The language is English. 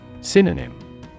Synonym